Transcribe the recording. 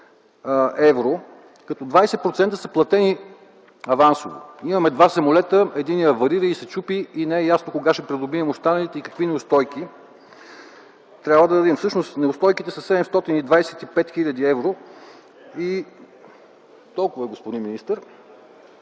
евро, като 20% са платени авансово. Имаме два самолета. Единият аварира и се чупи и не е ясно кога ще придобием останалите и какви неустойки трябва да дадем. Всъщност неустойките са 725 хил. евро., а самолетите